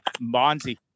Bonzi